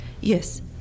Yes